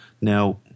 now